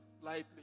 lightly